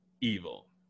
Evil